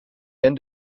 end